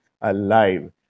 alive